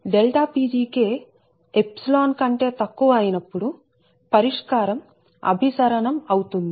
⎸Pg⎸ 𝛆 అయినప్పుడు పరిష్కారం అభిసరణం అవుతుంది